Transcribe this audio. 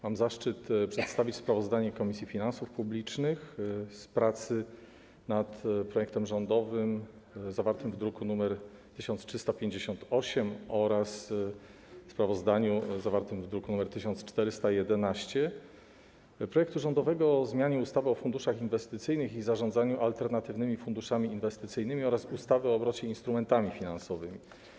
Mam zaszczyt przedstawić sprawozdanie Komisji Finansów Publicznych z pracy nad projektem rządowym zawartym w druku nr 1358 oraz w druku nr 1411 - projektem rządowym o zmianie ustawy o funduszach inwestycyjnych i zarządzaniu alternatywnymi funduszami inwestycyjnymi oraz ustawy o obrocie instrumentami finansowymi.